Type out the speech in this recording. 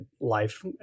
life